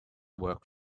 work